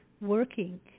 working